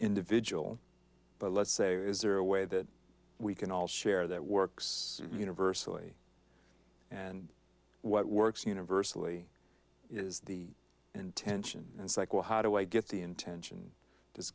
individual but let's say is there a way that we can all share that works universally and what works universally is the intention and cycle how do i get the intention